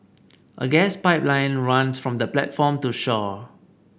a gas pipeline runs from the platform to shore